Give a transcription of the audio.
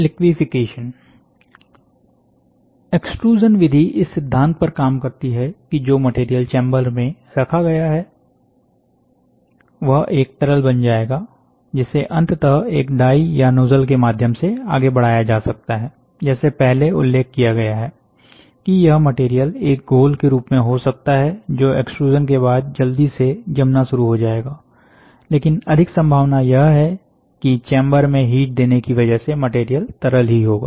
liquefaction extrusion विधि इस सिद्धांत पर काम करती है कि जो मटेरियल चेंबर में रखा गया है वह एक तरल बन जाएगा जिसे अंततः एक डाई या नोजल के माध्यम से आगे बढ़ाया जा सकता है जैसे पहले उल्लेख किया गया है कि यह मटेरियल एक घोल के रूप में हो सकता है जो एक्सट्रूज़नके बाद जल्दी से जमना शुरू हो जाएगा लेकिन अधिक संभावना यह है कि चेंबर में हीट देने की वजह से मटेरियल तरल ही होगा